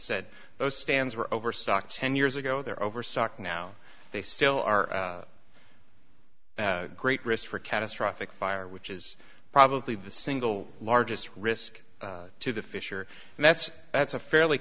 said those stands were overstock ten years ago there overstock now they still are great risk for catastrophic fire which is probably the single largest risk to the fisher and that's that's a fairly